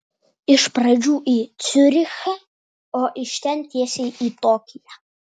iš pradžių į ciurichą o iš ten tiesiai į tokiją